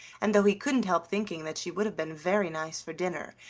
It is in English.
and, though he couldn't help thinking that she would have been very nice for dinner,